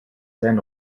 sein